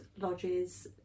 lodges